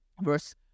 Verse